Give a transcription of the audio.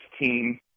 team